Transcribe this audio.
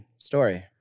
Story